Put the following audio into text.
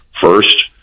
first